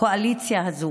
הקואליציה הזאת.